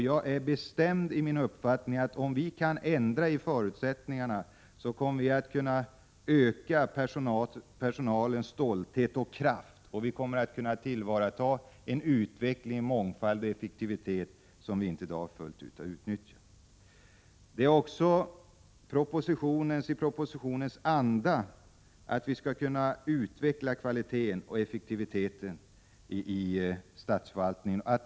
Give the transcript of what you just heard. Jag är bestämd i min uppfattning, att om vi kan ändra dessa förutsättningar, kommer vi att kunna öka personalens stolthet och kraft, och vi kommer att kunna tillvarata en utveckling, mångfald och effektivitet som vi inte i dag fullt ut har utnyttjat. Det ligger också i propositionens anda att vi skall kunna utveckla kvaliteten och effektiviteten i statsförvaltningen.